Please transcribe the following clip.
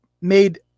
made